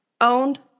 owned